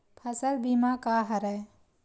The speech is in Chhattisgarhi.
फसल बीमा का हरय?